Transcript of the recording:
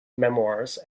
memoirs